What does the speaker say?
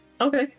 okay